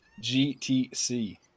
GTC